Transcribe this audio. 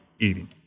eating